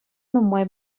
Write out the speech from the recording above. нумай